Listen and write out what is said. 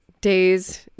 days